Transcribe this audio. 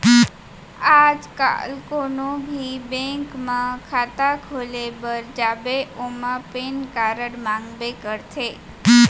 आज काल कोनों भी बेंक म खाता खोले बर जाबे ओमा पेन कारड मांगबे करथे